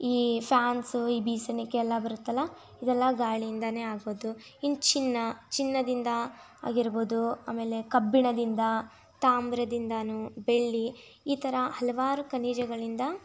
ಈ ಫ್ಯಾನ್ಸು ಈ ಬೀಸಣಿಗೆ ಎಲ್ಲ ಬರುತ್ತಲ್ಲಾ ಇದೆಲ್ಲ ಗಾಳಿಯಿಂದಲೇ ಆಗೋದು ಇನ್ನು ಚಿನ್ನ ಚಿನ್ನದಿಂದ ಆಗಿರ್ಬೋದು ಆಮೇಲೆ ಕಬ್ಬಿಣದಿಂದ ತಾಮ್ರದಿಂದಲೂ ಬೆಳ್ಳಿ ಈ ಥರ ಹಲವಾರು ಖನಿಜಗಳಿಂದ